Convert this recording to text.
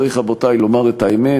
צריך, רבותי, לומר את האמת: